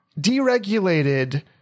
deregulated